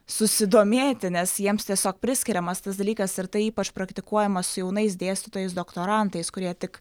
susidomėti nes jiems tiesiog priskiriamas tas dalykas ir tai ypač praktikuojama su jaunais dėstytojais doktorantais kurie tik